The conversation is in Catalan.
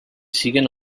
siguen